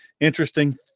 interesting